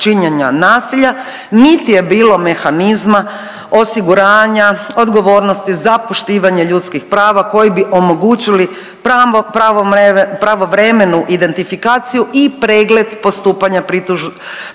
niti je bilo mehanizma osiguranja odgovornosti za poštivanje ljudskih prava koji bi omogućili pravovremenu identifikaciju i pregled postupanja pritužbenog